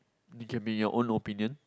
it can be your own opinion